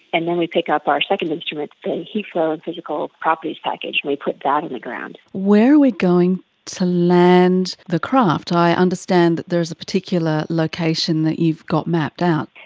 and then we pick up our second instrument, the heat flow and physical properties package and we put that in the ground. where are we going to land the craft? i understand that there is a particular location that you've got mapped out.